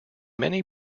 many